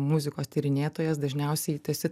muzikos tyrinėtojas dažniausiai tu esi